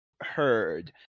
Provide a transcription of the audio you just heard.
heard